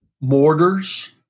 Mortars